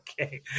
Okay